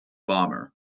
bomber